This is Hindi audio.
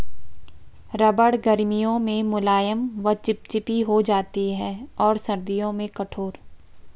रबड़ गर्मियों में मुलायम व चिपचिपी हो जाती है और सर्दियों में कठोर